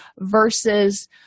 versus